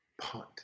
punt